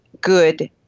good